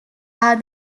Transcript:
are